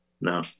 no